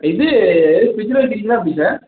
இது ஃப்ரிட்ஜில் வைப்பீங்களா எப்படி சார்